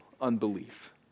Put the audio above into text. unbelief